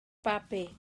babi